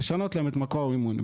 ולשנות להם את מקור המימון,